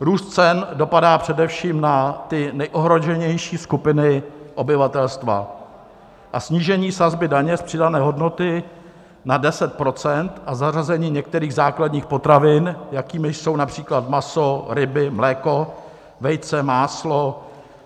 Růst cen dopadá především na ty nejohroženější skupiny obyvatelstva a snížení sazby daně z přidané hodnoty na 10 % a zařazení některých základních potravin, jakými jsou například maso, ryby, mléko, vejce, máslo,